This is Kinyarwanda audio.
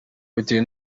bitewe